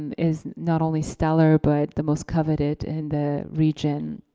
is not only stellar but the most coveted in the region.